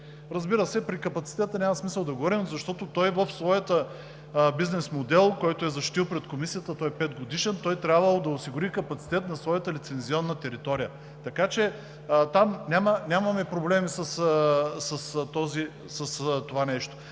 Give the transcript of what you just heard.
Разбира се, при капацитета няма смисъл да говорим, защото в своя бизнес модел, който е защитил пред Комисията – той е петгодишен, и е трябвало да осигури капацитет на своята лицензионна територия. Така че там нямаме проблеми с това нещо,